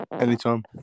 Anytime